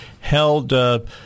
held